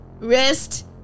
Rest